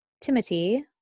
Timothy